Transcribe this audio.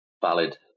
valid